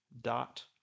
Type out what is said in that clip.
dot